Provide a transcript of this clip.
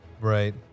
Right